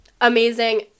amazing